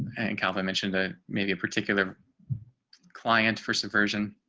calvin mentioned a maybe a particular client for subversion